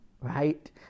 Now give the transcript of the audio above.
Right